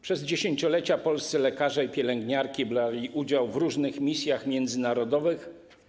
Przez dziesięciolecia polscy lekarze i pielęgniarki brali udział w różnych misjach międzynarodowych.